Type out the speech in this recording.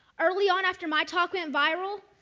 early on, after my talk went viral,